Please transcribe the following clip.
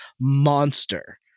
monster